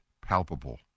palpable